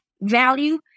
value